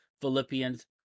Philippians